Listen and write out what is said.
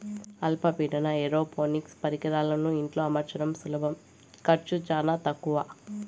అల్ప పీడన ఏరోపోనిక్స్ పరికరాలను ఇంట్లో అమర్చడం సులభం ఖర్చు చానా తక్కవ